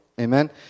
Amen